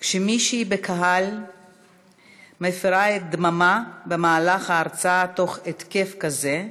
כשמישהי בקהל מפרה את הדממה במהלך הרצאה תוך התקף כזה,